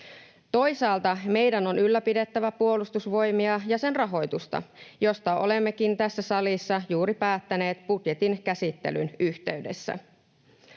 Toisaalta meidän on ylläpidettävä Puolustusvoimia ja sen rahoitusta, josta olemmekin tässä salissa juuri päättäneet budjetin käsittelyn yhteydessä.